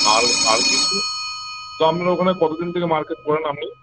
আরো আরো কিছু তো আমনি ওখানে কতদিন থেকে মার্কেট করেন আপনি